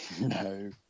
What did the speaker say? No